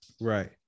Right